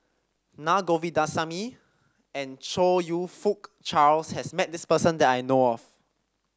Naa Govindasamy and Chong You Fook Charles has met this person that I know of